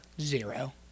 Zero